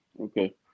okay